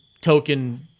token